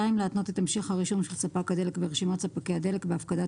להתנות את המשך הרישום של ספק הדלק ברשימת ספקי הדלק בהפקדת